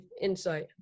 insight